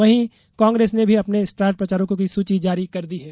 वहीं कांग्रेस ने भी अपने स्टार प्रचारकों की सूची जारी कर दी है